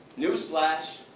newsflash!